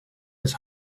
his